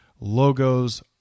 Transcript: logos